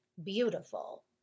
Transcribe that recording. Beautiful